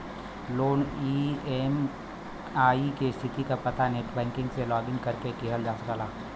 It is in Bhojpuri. लोन क ई.एम.आई क स्थिति क पता नेटबैंकिंग से लॉगिन करके किहल जा सकला